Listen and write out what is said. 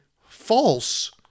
false